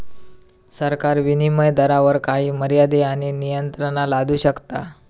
सरकार विनीमय दरावर काही मर्यादे आणि नियंत्रणा लादू शकता